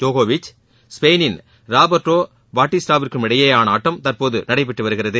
ஜோகோவிச் ஸ்பெயினின் Roberto Bautista விற்கு இடையேயான ஆட்டம் தற்போது நடைபெற்றுடவருகிறது